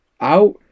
out